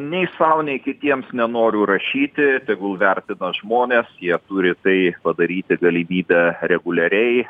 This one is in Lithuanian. nei sau nei kitiems nenoriu rašyti tegul vertina žmonės jie turi tai padaryti galimybę reguliariai